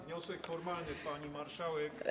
Wniosek formalny, pani marszałek.